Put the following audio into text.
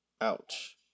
Ouch